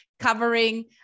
Covering